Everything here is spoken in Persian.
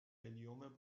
هلیوم